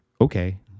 Okay